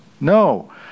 No